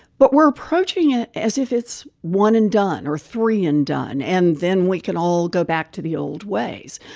but we're approaching it as if it's one and done or three and done and then we can all go back to the old ways.